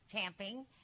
camping